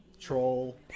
troll